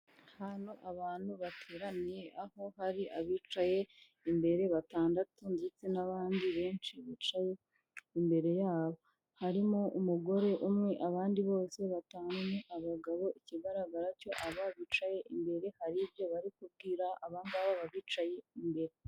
Ahantu abantu bateraniye aho hari abicaye imbere batandatu ndetse n'abandi benshi bicaye imbere yabo. Harimo umugore umwe abandi bose batanu ni abagabo, ikigaragara cyo aba bicaye imbere, hari ibyo bari kubwira aba ngaba bicaye imbere.